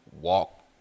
walk